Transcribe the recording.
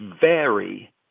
vary